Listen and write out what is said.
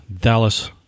Dallas